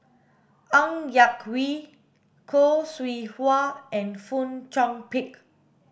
Ng Yak Whee Khoo Seow Hwa and Fong Chong Pik